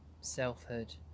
selfhood